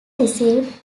received